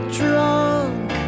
drunk